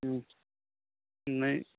ਨਹੀਂ